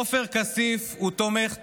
עופר כסיף הוא תומך טרור,